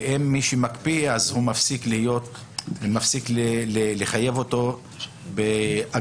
והאם מי שמקפיא מפסיקים לחייב אותו באגרות.